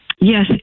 Yes